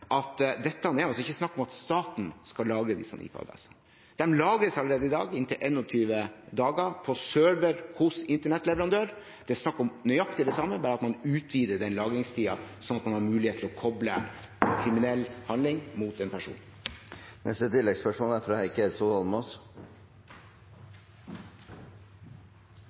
ikke er snakk om at staten skal lagre disse IP-adressene. De lagres allerede i dag i inntil 21 dager på server hos internettleverandør. Det er snakk om nøyaktig det samme, bare at man utvider den lagringstiden slik at man har mulighet til å koble en kriminell handling til en person.